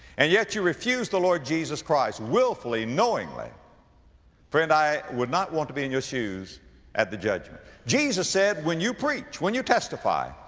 and yet you refuse the lord jesus christ willfully, knowingly friend, i would not want to be in your shoes at the judgment. jesus said, when you preach, when you testify,